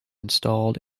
installed